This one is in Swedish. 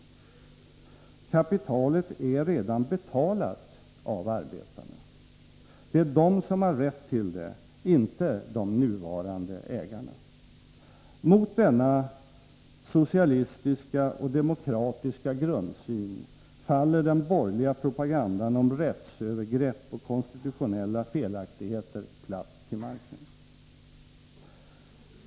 Kapitalet är redan betalat av arbetarna. Det är de som har rätt till det, inte de nuvarande ägarna. Mot denna socialistiska och demokratiska grundsyn faller den borgerliga propagandan om rättsövergrepp och konstitutionella felaktigheter platt till marken.